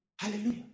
Hallelujah